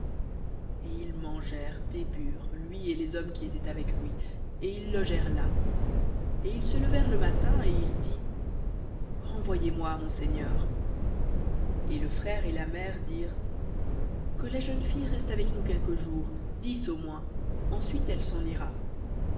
et ils mangèrent et burent lui et les hommes qui étaient avec lui et ils logèrent là et ils se levèrent le matin et il dit renvoyez-moi à mon seigneur et le frère et la mère dirent que la jeune fille reste avec nous jours dix au moins ensuite elle s'en ira